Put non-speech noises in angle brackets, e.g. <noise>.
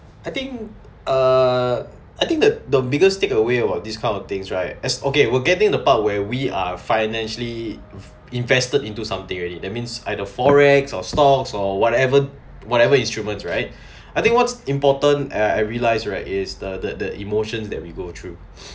I think err I think the the biggest take away about these kind of things right as okay we're getting the part where we are financially inv~ invested into something already that means either forex or stocks or whatever whatever instruments right <breath> I think what's important and I realized right is the the emotions that we go through